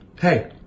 Hey